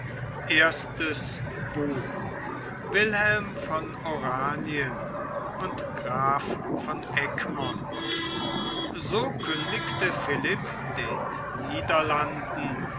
wilhelm von oranien und graf von egmont so kündigte philipp den niederlanden